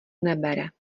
nebere